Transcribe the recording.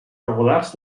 regulars